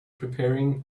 preparing